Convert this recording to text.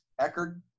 Eckerd